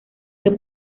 que